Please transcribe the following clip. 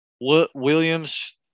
Williams